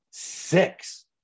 Six